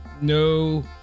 no